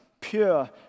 pure